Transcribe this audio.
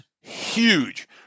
Huge